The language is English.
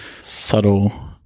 subtle